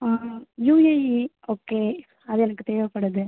ஆ UAE okay அது எனக்கு தேவைப்படுது